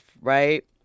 right